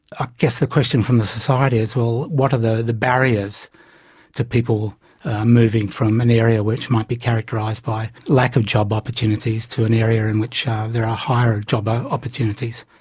ah guess the question from the society is, well, what are the the barriers to people moving from an area which might be characterised by a lack of job opportunities to an area in which there are higher job ah opportunities.